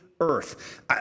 earth